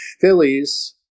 Phillies